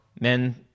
men